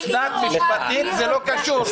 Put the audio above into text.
משפטית זה לא קשור.